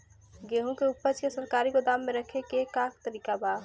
गेहूँ के ऊपज के सरकारी गोदाम मे रखे के का तरीका बा?